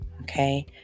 okay